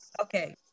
Okay